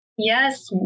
Yes